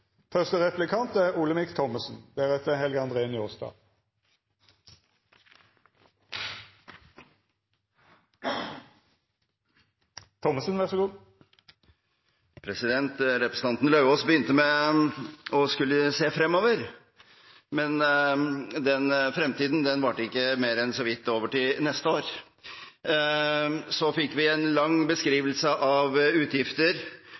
Representanten Lauvås begynte med å skulle se fremover, men den fremtiden varte ikke mer enn så vidt over til neste år. Så fikk vi en lang beskrivelse av utgifter